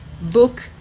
book